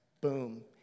Boom